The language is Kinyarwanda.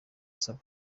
asaba